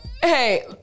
hey